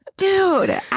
Dude